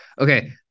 Okay